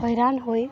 ହଇରାଣ ହୋଇ